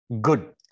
good